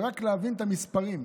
ורק להבין את המספרים.